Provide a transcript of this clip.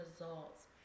results